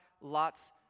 Lot's